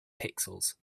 pixels